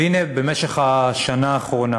והנה, במשך השנה האחרונה